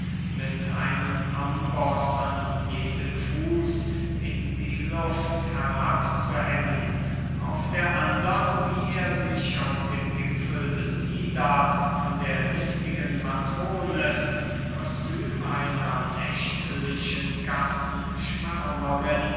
mit einem amboß an jedem fuß in die luft herabzuhängen auf der andern wie er sich auf dem gipfel des ida von der listigen matrone im kostum einer nächtlichen